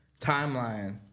timeline